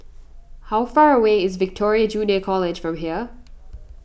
how far away is Victoria Junior College from here